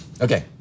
Okay